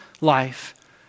life